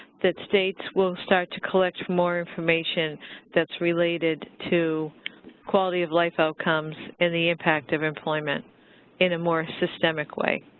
that states will start to collect more information that's related to quality of life outcomes and the impact of employment in a more systemic way.